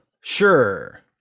sure